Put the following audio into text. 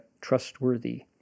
Trustworthy